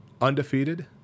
undefeated